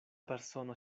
persono